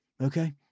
Okay